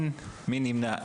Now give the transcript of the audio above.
מי נמנע?